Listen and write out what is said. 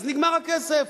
אז נגמר הכסף,